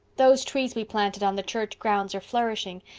those trees we planted on the church grounds are flourishing,